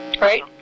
Right